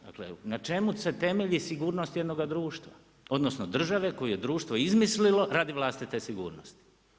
Dakle, na čemu se temelji sigurnost jednog društva odnosno države koju je društvo izmislilo radi vlastite sigurnosti?